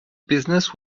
business